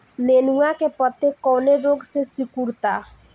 नेनुआ के पत्ते कौने रोग से सिकुड़ता?